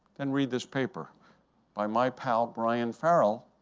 then read this paper by my pal brian farrell,